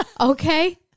Okay